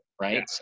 right